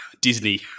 Disney